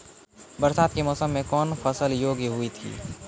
बरसात के मौसम मे कौन फसल योग्य हुई थी?